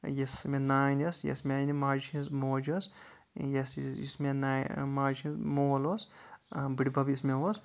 یۄس مےٚ نانۍ ٲس یۄس میانہِ ماجہِ ہٕنٛز موج ٲس یَس یُس مےٚ ماجہِ ہُنٛد مول اوس بٕڑِبَب یُس مےٚ اوس